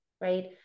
right